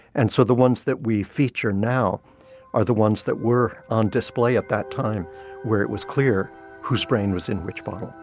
and so the ones that we feature now are the ones that were on display at that time where it was clear whose brain was in which bottle.